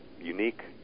unique